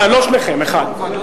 לא שניכם, אחד.